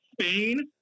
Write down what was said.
Spain